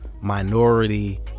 minority